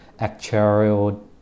actuarial